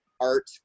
art